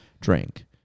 drink